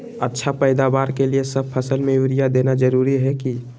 अच्छा पैदावार के लिए सब फसल में यूरिया देना जरुरी है की?